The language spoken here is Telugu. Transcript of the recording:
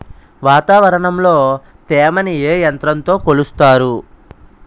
వాతావరణంలో తేమని ఏ యంత్రంతో కొలుస్తారు?